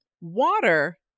water